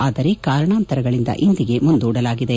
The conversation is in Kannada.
ಆದರೆ ಕಾರಣಾಂತರಗಳಿಂದ ಇಂದಿಗೆ ಮುಂದೂಡಲಾಗಿದೆ